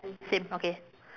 same okay